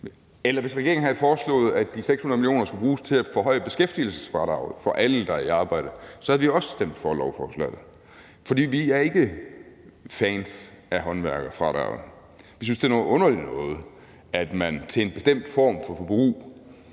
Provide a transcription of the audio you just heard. Eller hvis regeringen havde foreslået, at de 600 mio. kr. skulle bruges til at forhøje beskæftigelsesfradraget for alle, der er i arbejde, så havde vi også stemt for lovforslaget. For vi er ikke fans af håndværkerfradraget. Vi synes, det er noget underligt noget, at man i forbindelse med en bestemt form for forbrug